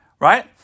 Right